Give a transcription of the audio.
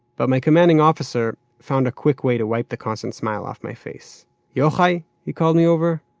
but my commanding officer found a quick way to wipe the constant smile off my face yochai, he called me over,